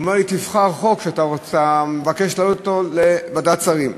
ואומר לי: תבחר חוק שאתה מבקש להעלות לוועדת שרים.